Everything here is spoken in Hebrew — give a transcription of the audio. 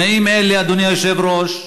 תנאים אלה, אדוני היושב-ראש,